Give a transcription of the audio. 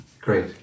Great